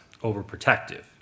overprotective